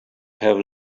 have